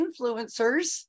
influencers